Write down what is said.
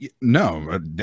No